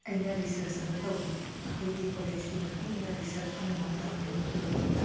ꯑꯩꯅ ꯔꯤꯁꯔꯁ ꯑꯃ ꯇꯧꯈꯤ ꯑꯩꯈꯣꯏꯒꯤ ꯀꯣꯂꯦꯁꯀꯤ ꯃꯇꯨꯡ ꯏꯟꯅ ꯔꯤꯁꯔꯁ ꯑꯃꯃꯝ ꯇꯧꯍꯜꯂꯤ ꯃꯤ ꯈꯨꯗꯤꯡꯃꯛꯇ